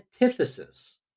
antithesis